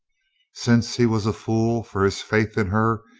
since he was a fool for his faith in her,